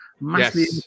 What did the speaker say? massively